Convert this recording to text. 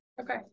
Okay